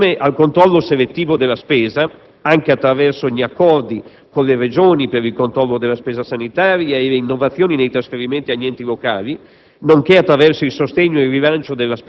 In particolare, insieme al controllo selettivo della spesa, anche attraverso gli accordi con le Regioni per il controllo della spesa sanitaria e le innovazioni nei trasferimenti agli enti locali,